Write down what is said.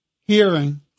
hearing